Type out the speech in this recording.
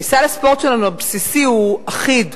כי סל הספורט הבסיסי שלנו הוא אחיד,